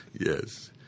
Yes